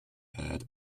had